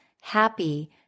happy